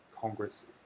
Congress